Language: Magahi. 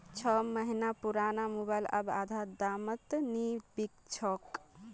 छो महीना पुराना मोबाइल अब आधा दामत नी बिक छोक